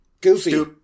Goofy